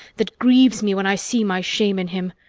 that grieves me when i see my shame in him.